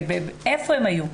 היכן הם היו?